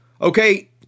Okay